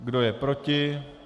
Kdo je proti?